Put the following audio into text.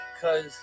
Cause